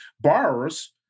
borrowers